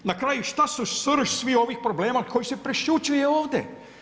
Na kraju šta su srž svih ovih problema koji se prešućuje ovdje?